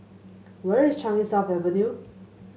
where is Changi South Avenue